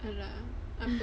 !alah! apa